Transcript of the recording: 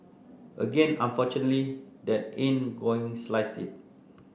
again unfortunately that ain't gonna slice it